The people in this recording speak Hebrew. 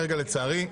לצערי,